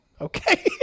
Okay